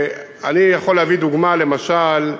אני יכול להביא דוגמה, למשל,